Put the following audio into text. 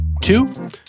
Two